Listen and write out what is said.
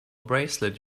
bracelet